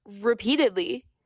repeatedly